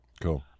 Cool